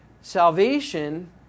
Salvation